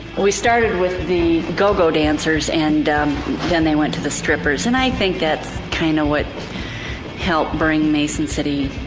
we started with the go-go dancers and then they went to the strippers and i think that's kind of what helped bring mason city